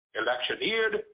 electioneered